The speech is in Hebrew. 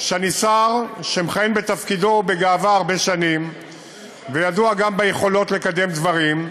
שאני שר שמכהן בתפקידו בגאווה הרבה שנים וידוע גם ביכולות לקדם דברים,